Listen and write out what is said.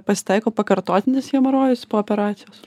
pasitaiko pakartotinis hemorojus po operacijos